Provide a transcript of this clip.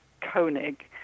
Koenig